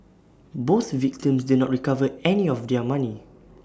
both victims did not recover any of their money